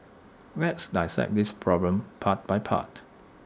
let's dissect this problem part by part